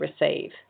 receive